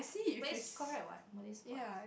but it's correct what a Malay sport